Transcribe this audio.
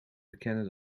bekennen